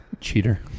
Cheater